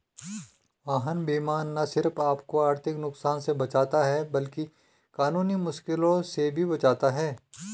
वाहन बीमा न सिर्फ आपको आर्थिक नुकसान से बचाता है, बल्कि कानूनी मुश्किलों से भी बचाता है